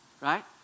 right